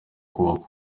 kubaka